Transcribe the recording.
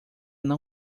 não